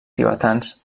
tibetans